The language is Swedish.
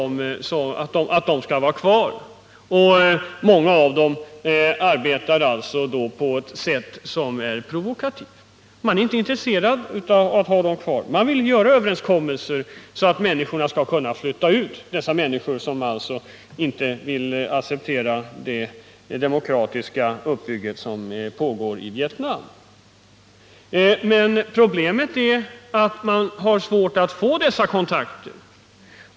Många av dessa arbetar på ett sätt som är oförenligt med uppbyggandet av en demokratisk stat. Man är inte intresserad av att tvinga dem kvar. Man vill göra sådana överenskommelser att människor som inte vill acceptera den demokratiska uppbyggnad som nu pågår i Vietnam skall kunna flytta ut. Problemet är att man har svårt att få dessa kontakter.